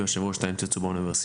ויושב ראש תא 'אם תרצו' באוניברסיטה.